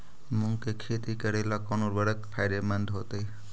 मुंग के खेती करेला कौन उर्वरक फायदेमंद होतइ?